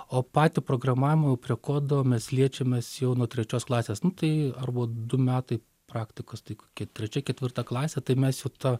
o patį programavimą jau prie kodo mes liečiamės jau nuo trečios klasės tai arba du metai praktikos tai kokia trečia ketvirta klasė tai mes jau tą